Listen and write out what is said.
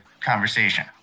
conversation